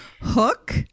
Hook